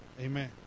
Amen